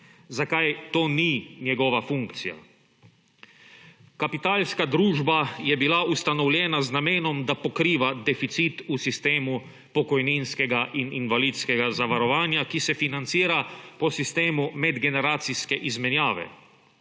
zakaj to ni njegova funkcija? Kapitalska družba je bila ustanovljena z namenom, da pokriva deficit v sistemu pokojninskega in invalidskega zavarovanja, ki se financira po sistemu medgeneracijske izmenjave.